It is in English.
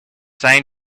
trying